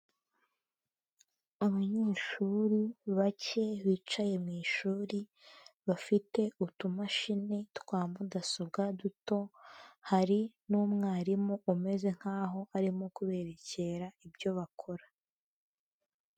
Abanyeshuri bake bicaye mu ishuri, bafite utumashini twa mudasobwa duto, hari n'umwarimu umeze nk'aho arimo kuberekera ibyo bakora.